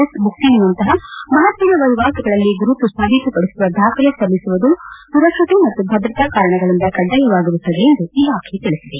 S ಬುಕಿಂಗ್ನಂತಹ ಮಹತ್ವದ ವಹಿವಾಟುಗಳಲ್ಲಿ ಗುರುತು ಸಾಬೀತುಪಡಿಸುವ ೆದಾಖಲೆ ಸಲ್ಲಿಸುವುದು ಸುರಕ್ಷತೆ ಮತ್ತು ಭದ್ರತಾ ಕಾರಣಗಳಿಂದ ಕಡ್ಡಾಯವಾಗಿರುತ್ತದೆ ಎಂದು ಇಲಾಖೆ ತಿಳಿಸಿದೆ